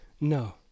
No